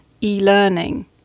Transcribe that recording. e-learning